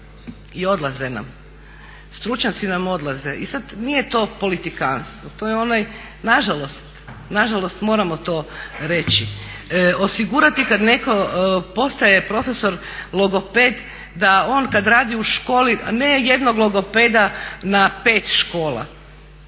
i odlaze nam, stručnjaci nam odlaze i sad nije to politikantstvo, to je onaj nažalost moramo to reći, osigurati kad neko postaje profesor logoped da on kad radi u školi, a ne jednog logopeda na 5 škola,